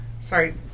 sorry